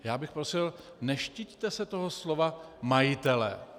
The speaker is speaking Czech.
Já bych prosil, neštiťte se toho slova majitelé.